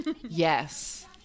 Yes